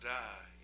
die